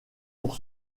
pour